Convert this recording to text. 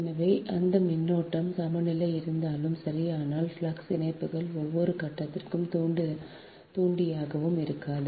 எனவே அந்த மின்னோட்டம் சமநிலையில் இருந்தாலும் சரி ஆனால் ஃப்ளக்ஸ் இணைப்புகள் ஒவ்வொரு கட்டத்தின் தூண்டியாகவும் இருக்காது